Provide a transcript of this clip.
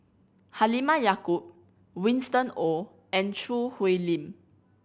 Halimah Yacob Winston Oh and Choo Hwee Lim